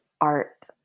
art